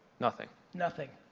nothing. nothing.